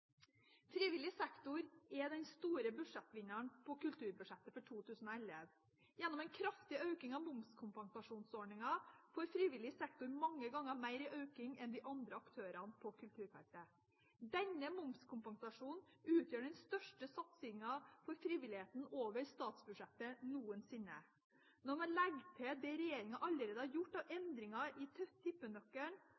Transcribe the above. Frivillig sektor er den store budsjettvinneren på kulturbudsjettet for 2011. Gjennom en kraftig økning av momskompensasjonsordningen får frivillig sektor mange ganger mer i økning enn de andre aktørene på kulturfeltet. Denne momskompensasjonen utgjør den største satsingen på frivilligheten over statsbudsjettet noensinne. Når man legger til det regjeringen allerede har gjort av